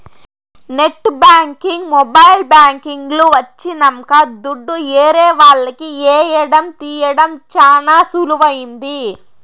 net banking mobile banking లు వచ్చినంక దుడ్డు ఏరే వాళ్లకి ఏయడం తీయడం చానా సులువైంది